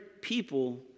people